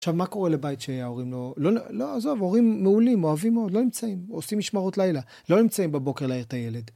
עכשיו, מה קורה לבית שההורים לא... לא, לא, עזוב, הורים מעולים, אוהבים מאוד, לא נמצאים, עושים משמרות לילה, לא נמצאים בבוקר להעיר את הילד.